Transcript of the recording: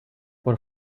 por